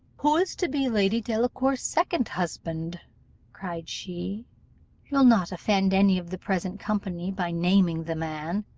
who is to be lady delacour's second husband cried she you'll not offend any of the present company by naming the man